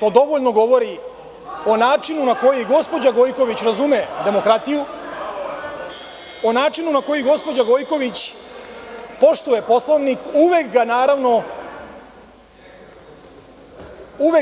To dovoljno govori o načinu na koji gospođa Gojković razume demokratiju, o načinu na koji gospođa Gojković poštuje Poslovnik, uvek